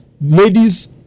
ladies